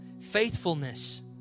Faithfulness